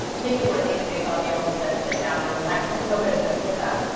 maybe one of these days i'll be able to sit down and relax a little bit bit with them.